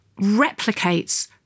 replicates